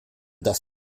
dass